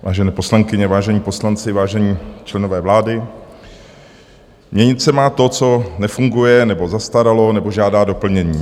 Vážené poslankyně, vážení poslanci, vážení členové vlády, měnit se má to, co nefunguje nebo zastaralo nebo žádá doplnění.